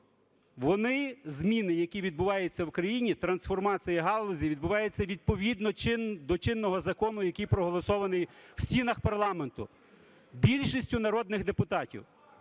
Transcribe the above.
Вони, зміни, які відбуваються в країні, трансформація галузі, відбувається відповідно до чинного закону, який проголосований в стінах парламенту більшістю народних депутатів.